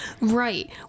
right